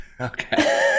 Okay